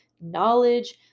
knowledge